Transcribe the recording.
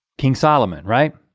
king solomon, right?